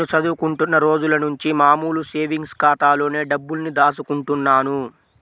నేను చదువుకుంటున్న రోజులనుంచి మామూలు సేవింగ్స్ ఖాతాలోనే డబ్బుల్ని దాచుకుంటున్నాను